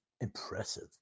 Impressive